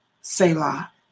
Selah